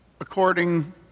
according